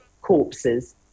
corpses